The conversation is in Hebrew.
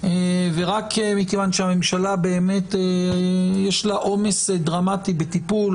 ורק מכיוון שהממשלה יש לה עומס דרמטי בטיפול.